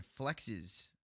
flexes